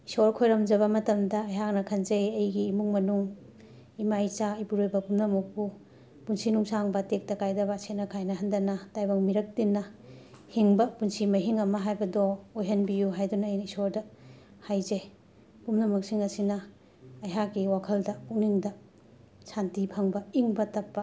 ꯏꯁꯣꯔ ꯈꯨꯔꯨꯝꯖꯕ ꯃꯇꯝꯗ ꯑꯩꯍꯥꯛꯅ ꯈꯟꯖꯩ ꯑꯩꯒꯤ ꯏꯃꯨꯡ ꯃꯅꯨꯡ ꯏꯃꯥ ꯏꯆꯥ ꯏꯄꯨꯔꯣꯏꯕ ꯄꯨꯝꯅꯃꯛꯄꯨ ꯄꯨꯟꯁꯤ ꯅꯨꯡꯁꯥꯡꯕ ꯇꯦꯛꯇ ꯀꯥꯏꯗꯕ ꯁꯦꯠꯅ ꯈꯥꯏꯅꯍꯟꯗꯅ ꯇꯥꯏꯕꯪ ꯃꯤꯔꯛ ꯇꯤꯟꯅ ꯍꯤꯡꯕ ꯄꯨꯟꯁꯤ ꯃꯍꯤꯡ ꯑꯃ ꯍꯥꯏꯕꯗꯨꯨ ꯑꯣꯏꯍꯟꯕꯤꯌꯨ ꯍꯥꯏꯗꯨꯅ ꯑꯩꯅ ꯏꯁꯣꯔꯗ ꯍꯥꯏꯖꯩ ꯄꯨꯝꯅꯃꯛꯁꯤꯡ ꯑꯁꯤꯅ ꯑꯩꯍꯥꯛꯀꯤ ꯋꯥꯈꯜꯗ ꯄꯨꯛꯅꯤꯡꯗ ꯁꯥꯟꯇꯤ ꯐꯪꯕ ꯏꯪꯕ ꯇꯞꯄ